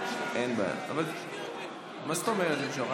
מה זאת אומרת למשוך?